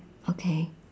okay